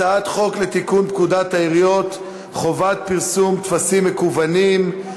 הצעת חוק לתיקון פקודת העיריות (חובת פרסום טפסים מקוונים),